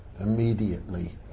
immediately